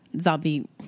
zombie